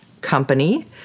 company